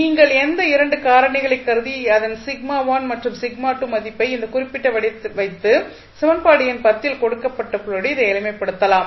நீங்கள் இந்த 2 காரணிகளைக் கருதி அதன் மதிப்பை இந்த குறிப்பிட்ட வடிவத்தில் வைத்து சமன்பாடு எண் ல் கொடுக்கப்பட்டுள்ள படி இதை எளிமைப்படுத்தலாம்